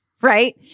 Right